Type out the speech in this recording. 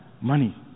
money